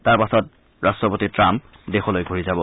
তাৰ পাছত ৰাট্টপতি ট্ৰাম্প দেশলৈ ঘূৰি যাব